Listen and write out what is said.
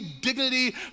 dignity